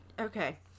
Okay